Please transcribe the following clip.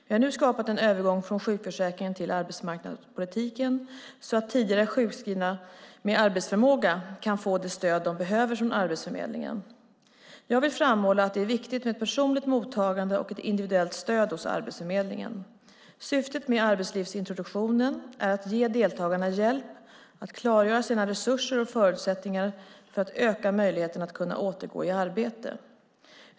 Vi har nu skapat en övergång från sjukförsäkringen till arbetsmarknadspolitiken så att tidigare sjukskrivna med arbetsförmåga kan få det stöd de behöver från Arbetsförmedlingen. Jag vill framhålla att det är viktigt med ett personligt mottagande och ett individuellt stöd hos Arbetsförmedlingen. Syftet med arbetslivsintroduktionen är att ge deltagarna hjälp att klargöra sina resurser och förutsättningar för att öka möjligheterna att återgå i arbete.